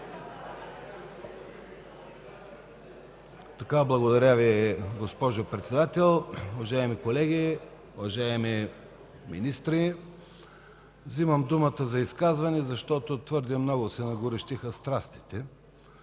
Благодаря Ви, госпожо Председател. Уважаеми колеги, уважаеми министри! Взимам думата за изказване, защото твърде много се нагорещиха страстите.